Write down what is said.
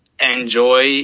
enjoy